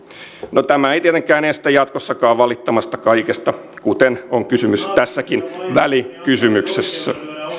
no tämä ei tietenkään estä jatkossakaan valittamasta kaikesta kuten on kysymys tässäkin välikysymyksessä